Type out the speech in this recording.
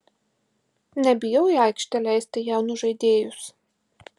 nebijau į aikštę leisti jaunus žaidėjus